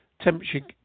temperature